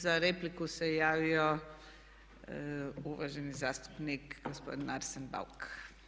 Za repliku se javio uvaženi zastupnik gospodin Arsen Bauk.